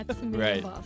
right